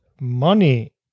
money